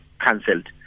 cancelled